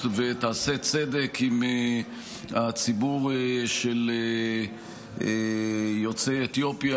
ותעשה צדק עם הציבור של יוצאי אתיופיה,